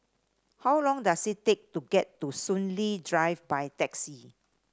how long does it take to get to Soon Lee Drive by taxi